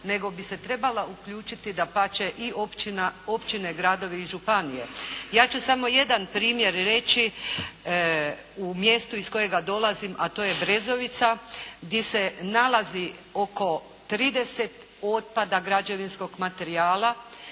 nego bi se trebala uključiti dapače i općina, općine, gradovi i županije. Ja ću samo jedan primjer reći, u mjestu iz kojega dolazim, a to je Brezovica, gdje se nalazi oko 30 otpada građevinskog materijala